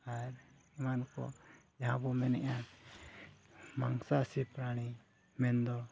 ᱟᱨ ᱮᱢᱟᱱ ᱠᱚ ᱡᱟᱦᱟᱸ ᱵᱚᱱ ᱢᱮᱱᱮᱫᱼᱟ ᱢᱟᱝᱥᱟᱥᱤ ᱯᱨᱟᱱᱤ ᱢᱮᱱᱫᱚ